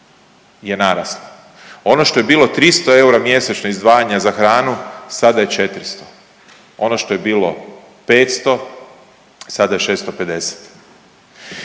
je naraslo. Ono što je bilo 300 eura mjesečno izdvajanja za hranu sada je 400. Ono što je bilo 500 sada je 650.